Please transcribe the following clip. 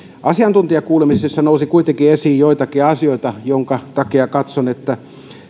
asiantuntijakuulemisissa nousi kuitenkin esiin joitakin asioita minkä takia katson että